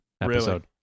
episode